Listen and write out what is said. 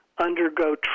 undergo